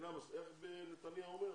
איך נתניהו אומר?